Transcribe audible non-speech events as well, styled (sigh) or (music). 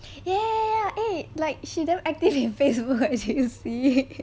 ya ya ya eh like she then active in facebook (breath) (laughs) (breath) see